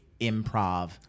improv